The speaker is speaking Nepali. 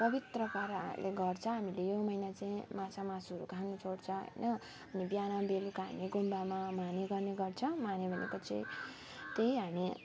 पवित्र पाराले गर्छ हामीले यो महिना चाहिँ माछा मासुहरू खानु छोड्छ होइन अनि बिहान बेलुका हामी गुम्बामा हामी जाने गर्छौँ अनि भनेपछि त्यही हामी